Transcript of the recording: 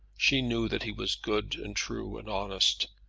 she knew that he was good and true, and honest,